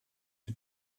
wir